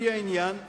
לפי העניין,